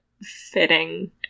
fitting